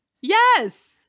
Yes